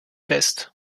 fest